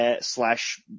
Slash